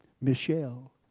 Michelle